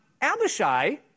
abishai